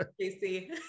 Casey